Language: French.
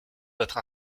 votre